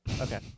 Okay